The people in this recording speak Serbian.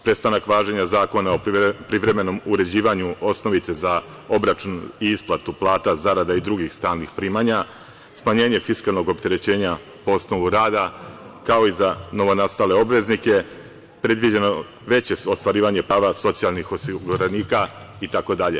Prestanak važenja Zakona o privremenom uređivanju osnovice za obračuni i isplatu plata, zarada i drugih stalnih primanja, smanjenje fiskalnog opterećenja po osnovu rada, kao i za novonastale obveznike, predviđeno je veće ostvarivanje prava socijalnih osiguranika itd.